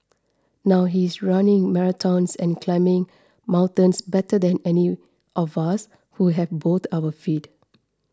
now he's running marathons and climbing mountains better than any of us who have both our feet